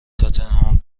تاتنهام